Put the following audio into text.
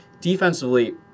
Defensively